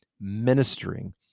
ministering